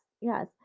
Yes